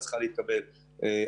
להתקבל כמו שנתקבלה.